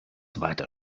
weiter